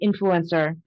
Influencer